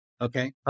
Okay